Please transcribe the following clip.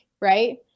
right